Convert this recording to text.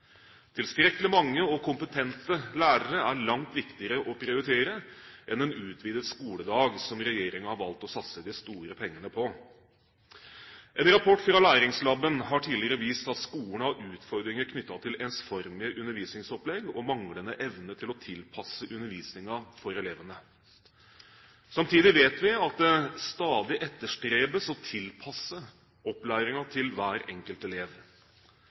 Tilstrekkelig mange og kompetente lærere er langt viktigere å prioritere enn en utvidet skoledag, som regjeringen har valgt å satse de store pengene på. En rapport fra LÆRINGSlaben har tidligere vist at skolen har utfordringer knyttet til ensformige undervisningsopplegg og manglende evne til å tilpasse undervisningen for elevene. Samtidig vet vi at det stadig etterstrebes å tilpasse opplæringen til hver enkelt elev.